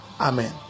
Amen